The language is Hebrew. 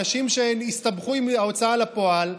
אנשים שהסתבכו עם ההוצאה לפועל,